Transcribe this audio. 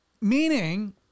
Meaning